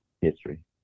history